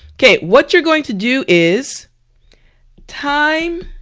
okay what you're going to do is time